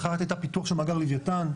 1. פיתוח של מאגר לוויתן,